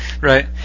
Right